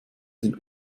den